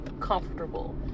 comfortable